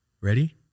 Ready